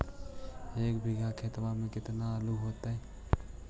एक बिघा खेत में केतना आलू होतई?